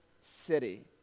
city